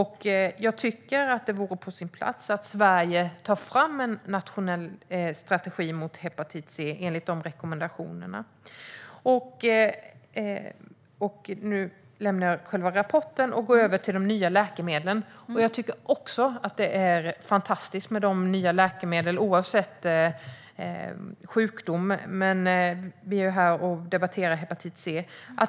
Jag tycker att det vore på sin plats att Sverige tog fram en nationell strategi mot hepatit C enligt de rekommendationerna. Nu lämnar jag själva rapporten och går över till de nya läkemedlen. Jag tycker också att de nya läkemedlen är fantastiska, oavsett vilken sjukdom de gäller.